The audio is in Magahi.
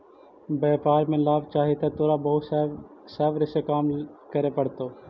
व्यापार में लाभ चाहि त तोरा बहुत सब्र से काम करे पड़तो